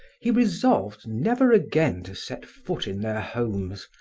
he resolved never again to set foot in their homes,